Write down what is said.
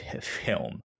film